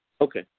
Okay